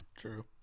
True